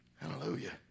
Hallelujah